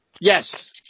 yes